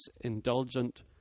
indulgent